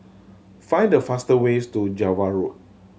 find the faster ways to Java Road